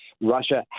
Russia